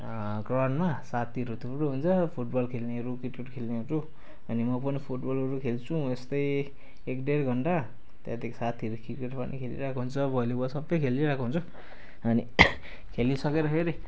ग्राउण्डमा साथीहरू थुप्रो हुन्छ फुटबल खेल्नेहरू क्रिकेट खेल्नेहरू अनि म पनि फुटबलहरू खेल्छु यस्तै एक डेढ घन्टा त्यहाँदेखि साथीहरू क्रिकेट पनि खेलिरहेको हुन्छ भलिबल सबै खेलिरहेको हुन्छ अनि खेलिसकेर फेरि